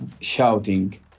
shouting